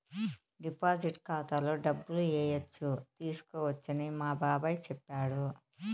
deposit ఖాతాలో డబ్బులు ఏయచ్చు తీసుకోవచ్చని మా బాబాయ్ చెప్పాడు